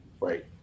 Right